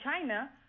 china